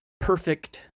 perfect